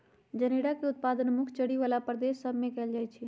जनेरा के उत्पादन मुख्य चरी बला प्रदेश सभ में कएल जाइ छइ